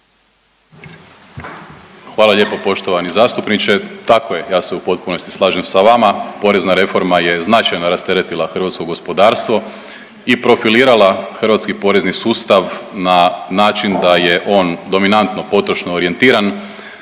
Hvala lijepo poštovani zastupniče. Tako je, ja se u potpunosti slažem sa vama. Porezna reforma je značajno rasteretila hrvatsko gospodarstvo i profilirala hrvatski porezni sustav na način da je on dominantno potrošno orijentiran.